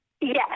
Yes